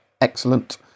excellent